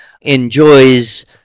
enjoys